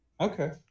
Okay